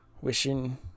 wishing